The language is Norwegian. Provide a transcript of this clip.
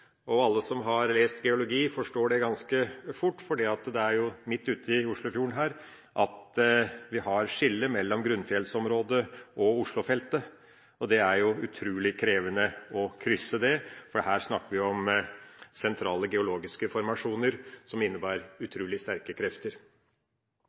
tunnel. Alle som har lest geologi, forstår det ganske fort. Det er midt ute i Oslofjorden her at vi har skillet mellom grunnfjellsområdet og Oslofeltet. Det er utrulig krevende å krysse det. Her snakker vi om sentrale geologiske formasjoner som innebærer